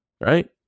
right